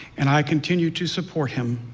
and i continue to support him.